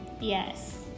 Yes